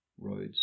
roads